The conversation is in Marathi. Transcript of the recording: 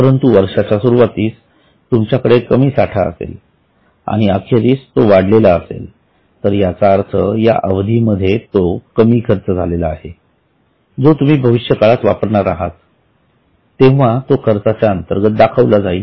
परंतु वर्षाच्या सुरुवातीस तुमच्याकडे कमी साठा असेल आणि अखेरीस तो वाढलेला असेल याचा अर्थ या अवधी मध्ये तो कमी खर्च झाला आहे जो तुम्ही भविष्यकाळात वापरणार आहात तेव्हा तो खर्चाच्या अंतर्गत दाखवला जाईल